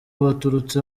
baturutse